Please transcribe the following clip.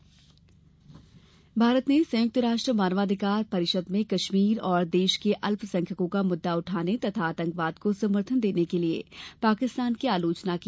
Bharat Pak UNHRC Bharat ने संयुक्त राष्ट्र मानवाधिकार परिषद में कश्मीर और देश के अल्पसंख्यकों का मुद्दा उठाने तथा आतंकवाद को समर्थन देने के लिए पाकिस्तान की आलोचना की